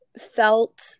felt